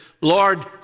Lord